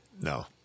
No